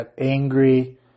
angry